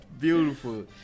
Beautiful